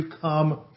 come